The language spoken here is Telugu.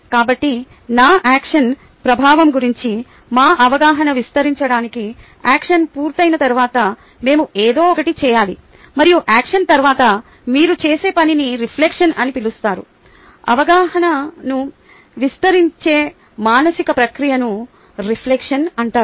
కాబట్టి నా యాక్షన్ప్రభావం గురించి మా అవగాహనను విస్తరించడానికి యాక్షన్పూర్తయిన తర్వాత మేము ఏదో ఒకటి చేయాలి మరియు యాక్షన్ తర్వాత మీరు చేసే పనిని రిఫ్లెక్షన్ అని పిలుస్తారు అవగాహనను విస్తరించే మానసిక ప్రక్రియను రిఫ్లెక్షన్ అంటారు